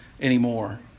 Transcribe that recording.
anymore